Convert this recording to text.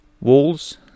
Walls